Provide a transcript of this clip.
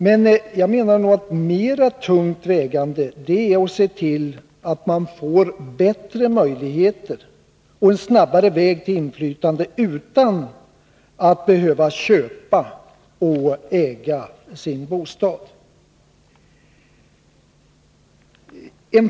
Men jag menar att det är mera tungt vägande att se till att man får bättre möjligheter och en snabbare väg till inflytande utan att behöva köpa och äga sin bostad.